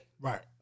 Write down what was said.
Right